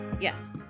Yes